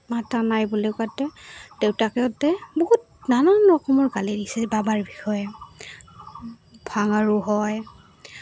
মতা নাই বুলি কওঁতে দেউতাকে তেওঁক বহুত নানান ৰকমৰ গালি দিছে বাবাৰ বিষয়ে ভাঙাৰু হয়